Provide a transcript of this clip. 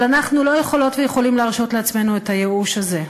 אבל אנחנו לא יכולות ויכולים להרשות לעצמנו את הייאוש הזה.